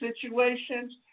situations